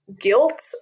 guilt